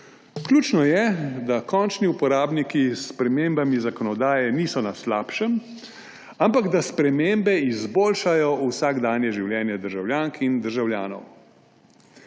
Ključno je, da končni uporabniki s spremembami zakonodaje niso na slabšem, ampak da spremembe izboljšajo vsakdanje življenje državljank in državljanov.